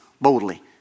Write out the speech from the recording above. boldly